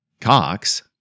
Cox